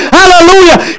hallelujah